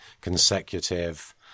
consecutive